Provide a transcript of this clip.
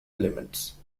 limits